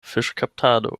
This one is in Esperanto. fiŝkaptado